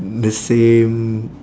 the same